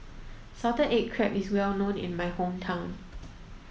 salted egg crab is well known in my hometown